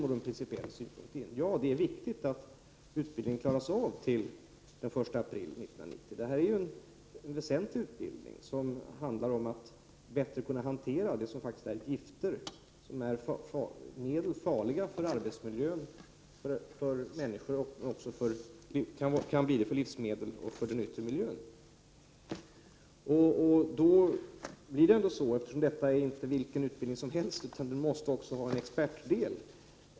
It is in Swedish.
Det är en principiell synpunkt, eftersom det är viktigt att utbildningen är genomförd den 1 april 1990. Detta är en väsentlig utbildning som innebär att de som genomgår den lär sig att bättre hantera det som faktiskt är gifter och som utgör en fara i arbetsmiljön. Dessa gifter utgör en fara för såväl människor som livsmedel och den yttre miljön. Eftersom detta inte är vilken utbildning som helst måste den även bestå av en expertdel.